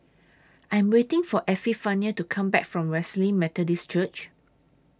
I Am waiting For Epifanio to Come Back from Wesley Methodist Church